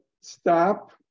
stop